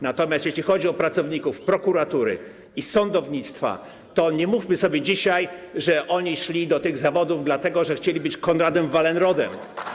Natomiast jeśli chodzi o pracowników prokuratury i sądownictwa, to nie mówmy sobie dzisiaj, że oni szli do tych zawodów dlatego, że chcieli być Konradem Wallenrodem.